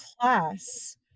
class